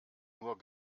nur